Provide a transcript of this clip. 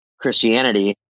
Christianity